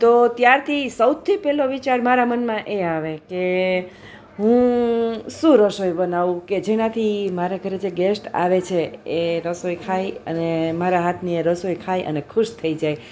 તો ત્યારથી સૌથી પહેલો વિચાર મારા મનમાં એ આવે કે હું શું રસોઈ બનાવું કે જેનાથી મારે ઘરે જે ગેસ્ટ આવે છે એ રસોઈ ખાય અને મારા હાથની એ રસોઈ ખાઈ અને ખુશ થઈ જાય